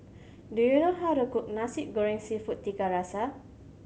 do you know how to cook Nasi Goreng Seafood Tiga Rasa